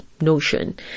notion